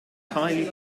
entirely